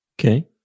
Okay